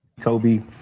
Kobe